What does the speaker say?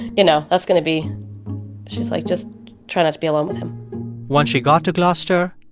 you know, that's going to be she's like, just try not to be alone with him once she got to gloucester,